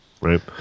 right